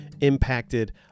impacted